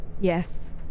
yes